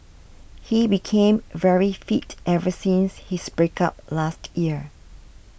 he became very fit ever since his break up last year